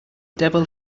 devil